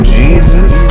jesus